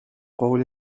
قول